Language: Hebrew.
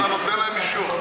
אה, פתאום אתה נותן להם אישור?